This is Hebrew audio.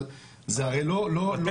אבל זה הרי לא שוויוני,